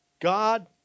God